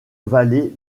vallée